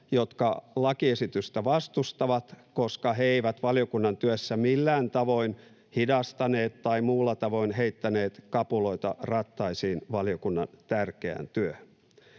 jotka lakiesitystä vastustavat, koska he eivät valiokunnan työssä millään tavoin hidastaneet tai muulla tavoin heittäneet kapuloita rattaisiin valiokunnan tärkeään työhön.